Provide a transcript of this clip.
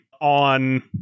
on